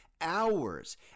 hours